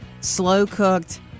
slow-cooked